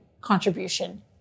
contribution